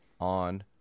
on